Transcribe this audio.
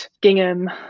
gingham